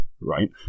right